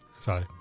Sorry